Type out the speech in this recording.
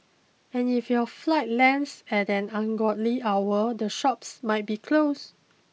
and if your flight lands at an ungodly hour the shops might be closed